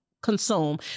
consume